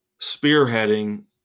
spearheading